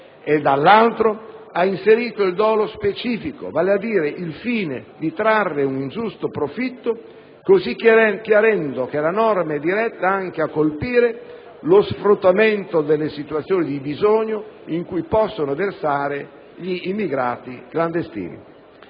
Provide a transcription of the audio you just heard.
e, dall'altro, ha inserito il dolo specifico, vale a dire il fine di trarre un ingiusto profitto, così chiarendo che la norma è diretta anche a colpire lo sfruttamento delle situazioni di bisogno in cui possono versare gli immigrati clandestini.